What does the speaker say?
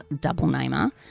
double-namer